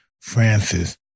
Francis